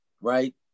right